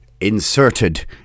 inserted